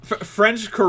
French